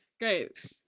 Great